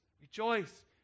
Rejoice